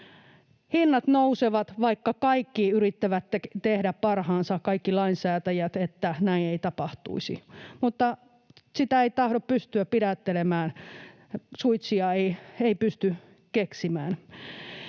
Hinnat nousevat, vaikka kaikki lainsäätäjät yrittävät tehdä parhaansa, että näin ei tapahtuisi, mutta sitä ei tahdo pystyä pidättelemään, suitsia ei pysty keksimään.